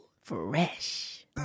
Fresh